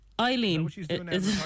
Eileen